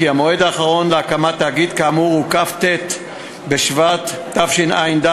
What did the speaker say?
כי המועד האחרון להקמת תאגיד כאמור הוא כ"ט בשבט התשע"ד,